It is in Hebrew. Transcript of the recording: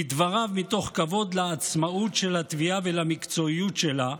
לדבריו מתוך כבוד לעצמאות של התביעה ולמקצועיות שלה,